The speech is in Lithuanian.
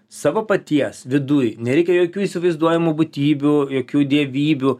savo paties viduj nereikia jokių įsivaizduojamų būtybių jokių dievybių